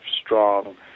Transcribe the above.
strong